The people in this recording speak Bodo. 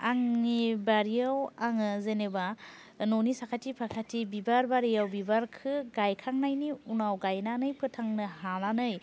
आंनि बारियाव आङो जेनोबा न'नि साखाथि फाखाथि बिबार बारियाव बिबार खो गायखांनायनि गायनानै फोथांनो होनानै